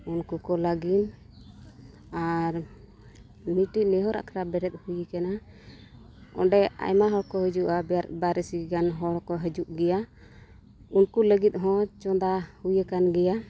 ᱩᱱᱠᱩ ᱠᱚ ᱞᱟᱹᱜᱤᱫ ᱟᱨ ᱢᱤᱫᱴᱤᱡ ᱱᱮᱦᱚᱨᱚᱜ ᱟᱠᱷᱲᱟ ᱵᱮᱨᱮᱫ ᱦᱩᱭ ᱠᱟᱱᱟ ᱚᱸᱰᱮ ᱟᱭᱢᱟ ᱦᱚᱲ ᱠᱚ ᱦᱤᱡᱩᱜᱼᱟ ᱵᱟᱨ ᱤᱥᱤ ᱜᱟᱱ ᱦᱚᱲ ᱠᱚ ᱦᱤᱡᱩᱜ ᱜᱮᱭᱟ ᱩᱱᱠᱩ ᱞᱟᱹᱜᱤᱫ ᱦᱚᱸ ᱪᱚᱱᱫᱟ ᱦᱩᱭ ᱟᱠᱟᱱ ᱜᱮᱭᱟ